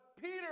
Peter